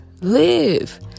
live